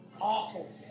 Awful